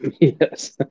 yes